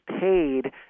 paid